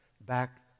back